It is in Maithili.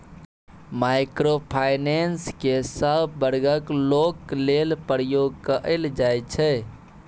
माइक्रो फाइनेंस केँ सब बर्गक लोक लेल प्रयोग कएल जाइ छै